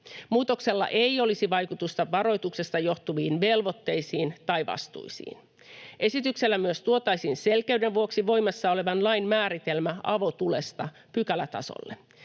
Muutoksella ei olisi vaikutusta varoituksesta johtuviin velvoitteisiin tai vastuisiin. Esityksellä myös tuotaisiin selkeyden vuoksi pykälätasolle voimassa olevan lain määritelmä avotulesta. Säännöksen